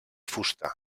fusta